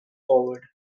forward